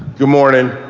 good morning.